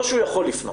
לא שהוא יכול לפנות.